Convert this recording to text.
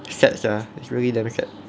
sad sia it's really damn sad